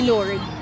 Lord